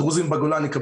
הדרוזים בגולן,